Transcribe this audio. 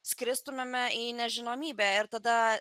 skristumėme į nežinomybę ir tada